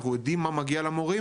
אנחנו יודעים מה מגיע למורים